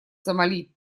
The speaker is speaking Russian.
сомали